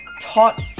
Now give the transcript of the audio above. taught